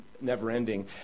never-ending